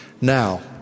Now